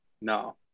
No